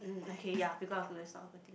mm okay ya because of